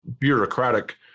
bureaucratic